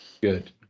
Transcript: good